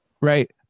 Right